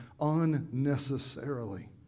unnecessarily